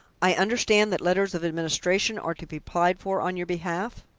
i understand that letters of administration are to be applied for on your behalf?